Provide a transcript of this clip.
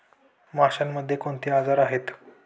माशांमध्ये कोणते आजार आहेत?